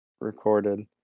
recorded